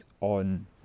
on